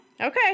Okay